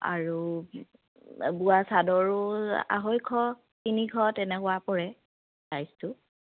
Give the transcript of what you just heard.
আৰু বোৱা চাদৰো আঢ়ৈশ তিনিশ তেনেকুৱা পৰে চাইজটো